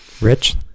Rich